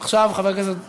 עכשיו חבר הכנסת גטאס,